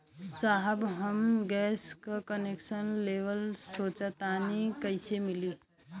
साहब हम गैस का कनेक्सन लेवल सोंचतानी कइसे मिली?